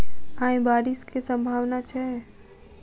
आय बारिश केँ सम्भावना छै?